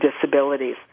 disabilities